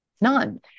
none